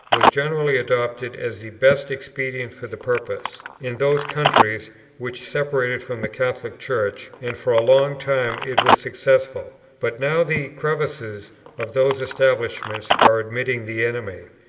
was generally adopted as the best expedient for the purpose, in those countries which separated from the catholic church and for a long time it was successful but now the crevices of those establishments are admitting the enemy.